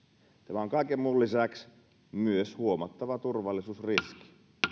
on kaiken muun lisäksi myös huomattava turvallisuusriski haluaisin